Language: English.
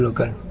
so guys